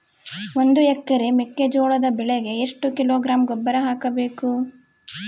ಒಂದು ಎಕರೆ ಮೆಕ್ಕೆಜೋಳದ ಬೆಳೆಗೆ ಎಷ್ಟು ಕಿಲೋಗ್ರಾಂ ಗೊಬ್ಬರ ಹಾಕಬೇಕು?